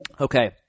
Okay